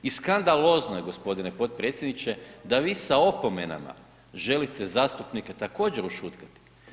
I skandalozno je gospodine potpredsjedniče da vi sa opomenama želite zastupnike također ušutkati.